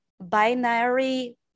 binary